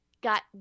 got